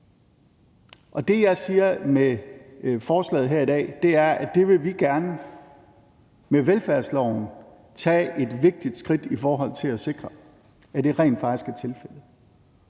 Og det, jeg siger med forslaget her i dag, er, at det vil vi gerne med velfærdsloven tage et vigtigt skridt i forhold til at sikre rent faktisk er tilfældet.